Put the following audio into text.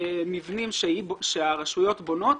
מבנים שהרשויות בונות